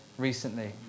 Recently